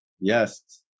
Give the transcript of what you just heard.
Yes